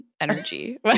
energy